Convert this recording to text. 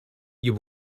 you